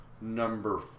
number